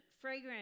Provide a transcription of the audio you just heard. Fragrance